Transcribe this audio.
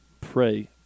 pray